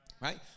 right